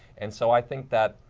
and so, i think that,